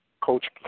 Coach